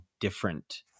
different